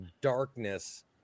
darkness